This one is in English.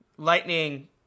Lightning